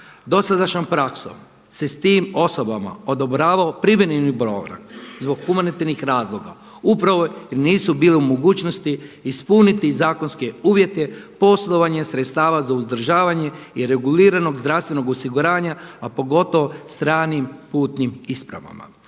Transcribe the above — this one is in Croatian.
Dosadašnjom praksom se tim osobama odobravao privremeni boravak zbog humanitarnih razloga upravo jer nisu bile u mogućnosti ispuniti zakonske uvjete, poslovanja sredstava za uzdržavanje i reguliranog zdravstvenog osiguranja a pogotovo stranim putnim ispravama.